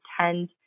attend